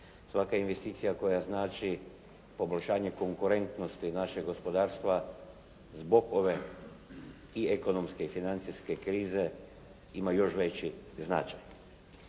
Svaka investicija koja znači poboljšanje konkurentnosti našeg gospodarstva zbog ove i ekonomske i financijske krize ima još veći značaj.